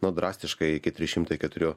nu drastiškai iki trys šimtai keturių